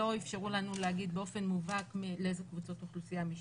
אפשרו לנו להגיד באופן מובהק לאיזה קבוצות אוכלוסייה הם המשתייכים.